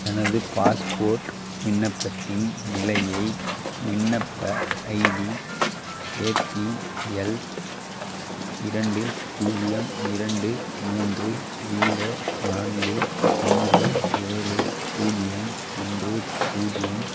எனது பாஸ்போர்ட் விண்ணப்பத்தின் நிலையை விண்ணப்ப ஐடி ஏபிஎல் இரண்டு பூஜ்ஜியம் இரண்டு மூன்று ஜீரோ நான்கு ஒன்று ஏழு பூஜ்ஜியம் ஒன்று பூஜ்ஜியம்